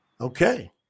Okay